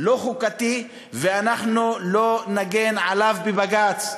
לא חוקתי ואנחנו לא נגן עליו בבג"ץ.